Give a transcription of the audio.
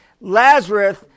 Lazarus